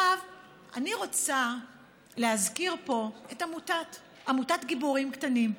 אני רוצה להזכיר פה עמותה, עמותת גיבורים קטנים.